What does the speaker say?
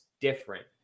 different